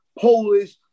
Polish